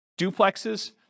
duplexes